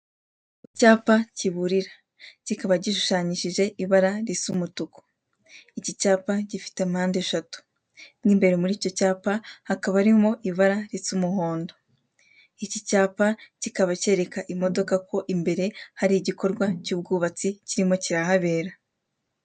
Icyapa kiburira kikaba gishushanyishije ibara risa umutuku, iki cyapa gifite mpande eshatu mu imbere muri icyo cyapa hakaba harimo ibara risa umuhondo, iki cyapa kikaba kereka imodoka ko imbere hari igikorwa cy'ubwubatsi kirimo kirahabera.